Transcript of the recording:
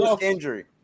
injury